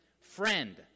Friend